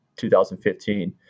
2015